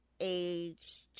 age